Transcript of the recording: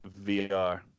VR